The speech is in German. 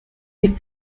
die